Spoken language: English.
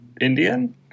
Indian